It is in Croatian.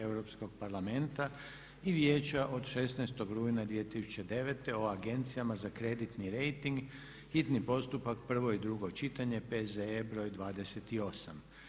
Europskog parlamenta i Vijeća od 16. rujna 2009. o agencijama za kreditni rejting, hitni postupak, prvo i drugo čitanje, P.Z.E. br. 28.